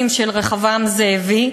מס' 4714,